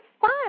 fun